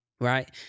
right